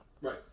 Right